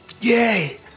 Yay